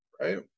Right